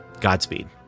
Godspeed